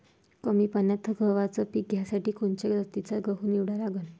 कमी पान्यात गव्हाचं पीक घ्यासाठी कोनच्या जातीचा गहू निवडा लागन?